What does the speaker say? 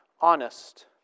honest